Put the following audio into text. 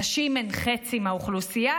נשים הן חצי מהאוכלוסייה,